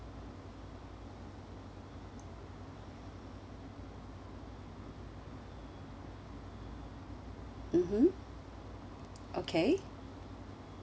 mmhmm okay